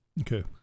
Okay